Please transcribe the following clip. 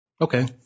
Okay